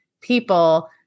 people